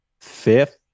fifth